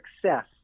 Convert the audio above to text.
success